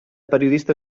periodista